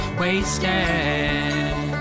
wasted